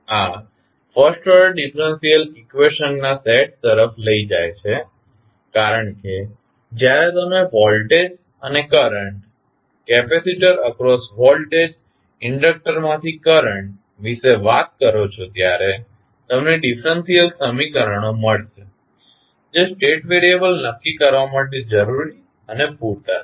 આ first order differential equation ના set તરફ લઇ જાય છે કારણ કે જ્યારે તમે વોલ્ટેજ અને કરંટ કેપેસિટર અક્રોસ વોલ્ટેજ અને ઇન્ડેક્ટર માથી કરંટ વિશે વાત કરો છો ત્યારે તમને ડીફરન્સીયલ સમીકરણો મળશે જે સ્ટેટ વેરિયેબલ નક્કી કરવા માટે જરૂરી અને પૂરતા છે